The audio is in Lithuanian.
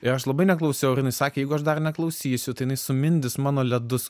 ir aš labai neklausiau ir jinai sakė jeigu aš dar neklausysiu tai jinai sumindys mano ledus